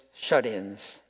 shut-ins